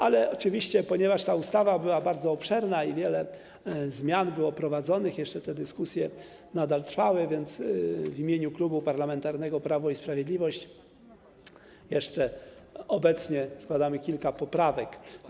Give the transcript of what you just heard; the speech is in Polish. Ale oczywiście ponieważ ta ustawa była bardzo obszerna i wiele zmian było wprowadzanych, te dyskusje nadal trwały, to w imieniu Klubu Parlamentarnego Prawo i Sprawiedliwość jeszcze obecnie składam kilka poprawek.